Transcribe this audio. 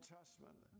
Testament